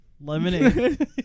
Lemonade